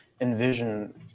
envision